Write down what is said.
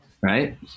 right